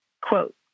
quote